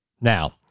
now